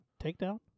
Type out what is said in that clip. Takedown